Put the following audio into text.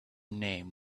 name